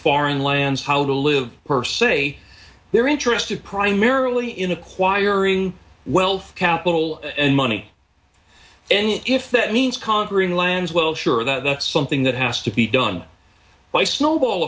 foreign lands how to live per se they're interested primarily in acquiring wealth capital and money and if that means conquering lands well sure that's something that has to be done by snowball